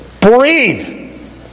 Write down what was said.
Breathe